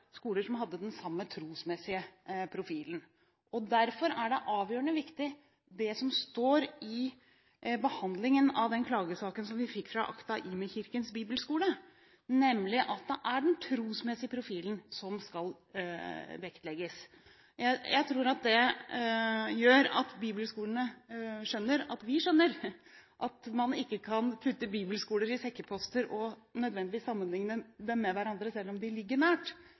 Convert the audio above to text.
skoler som hadde den samme trosmessige profilen. Derfor er det som står etter behandlingen av den klagesaken vi fikk fra ACTA – IMI Kirkens Bibelskole, avgjørende viktig, nemlig at det er den trosmessige profilen som skal vektlegges. Jeg tror det gjør at bibelskolene skjønner at vi skjønner at man ikke kan putte bibelskoler i sekkeposter og nødvendigvis sammenligne dem med hverandre, selv om de ligger